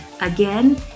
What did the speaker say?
Again